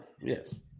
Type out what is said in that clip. Yes